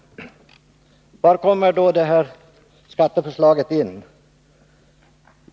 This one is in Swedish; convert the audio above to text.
Var kommer då det här skatteförslaget in?